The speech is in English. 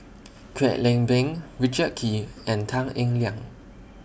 Kwek Leng Beng Richard Kee and Tan Eng Liang